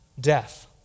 death